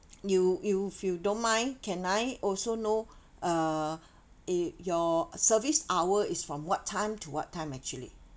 you you if you don't mind can I also know uh it your service hour is from what time to what time actually